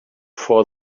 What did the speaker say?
for